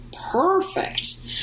perfect